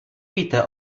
víte